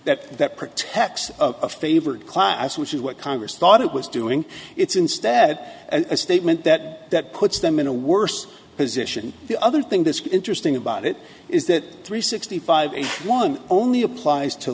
that that protects a favored class which is what congress thought it was doing it's instead a statement that that puts them in a worse position the other thing that's interesting about it is that three sixty five one only applies to